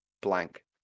blank